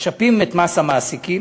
משפים את מס המעסיקים,